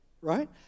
right